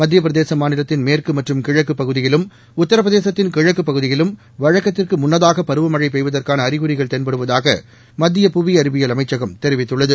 மத்தியப் பிரதேச மாநிலத்தின் மேற்கு மற்றும் கிழக்குப் பகுதியிலும் உத்தரபிரதேசத்தின் கிழக்குப் பகுதியிலும் வழக்கத்திற்கு முன்னதாக பருவமழை பெய்வதற்கான அறிகுறிகள் தென்படுவதாக மத்திய புவி அறிவியல் அமைச்சகம் தெரிவித்துள்ளது